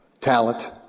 talent